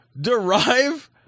derive